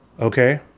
okay